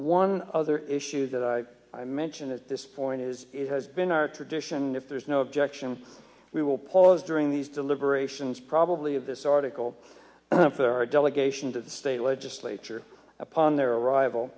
one other issue that i i mentioned at this point is it has been our tradition if there is no objection we will pause during these deliberations probably of this article for our delegation to the state legislature upon their